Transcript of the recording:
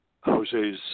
Jose's